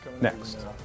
next